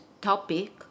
topic